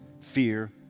fear